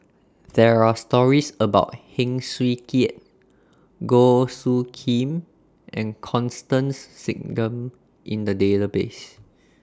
There Are stories about Heng Swee Keat Goh Soo Khim and Constance Singam in The Database